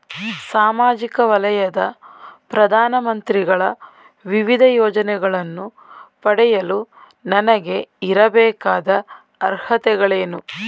ಸಾಮಾಜಿಕ ವಲಯದ ಪ್ರಧಾನ ಮಂತ್ರಿಗಳ ವಿವಿಧ ಯೋಜನೆಗಳನ್ನು ಪಡೆಯಲು ನನಗೆ ಇರಬೇಕಾದ ಅರ್ಹತೆಗಳೇನು?